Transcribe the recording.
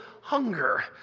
hunger